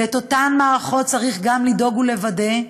ואת אותן מערכות צריך גם לדאוג ולוודא,